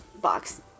box